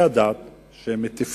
אנחנו תומכים באנשי הדת שמטיפים